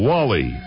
Wally